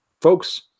folks